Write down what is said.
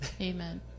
Amen